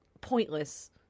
pointless